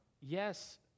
yes